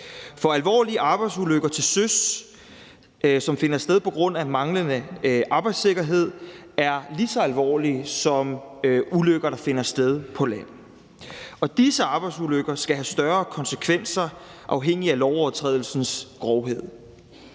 for alvorlige arbejdsulykker til søs, som finder sted på grund af manglende arbejdssikkerhed, er lige så alvorlige som ulykker, der finder sted på land. Og disse arbejdsulykker skal have større konsekvenser afhængigt af lovovertrædelsens grovhed.